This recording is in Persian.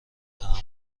تحمل